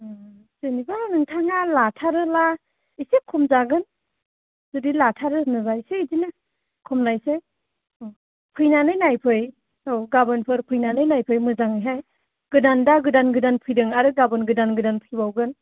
जेनेबा नोथाङा लाथारोब्ला इसे खम जागोन जुदि लाथारो होनोबा इसे बिदिनो खमायनोसै औ फैनानै नायफै औ गाबोनफोर फैनानै नायफै मोजाङैहाय गोदान दा गोदान गोदान फैदों आरो गाबोन गोदान गोदान फैबावगोन